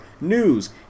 news